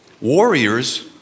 warriors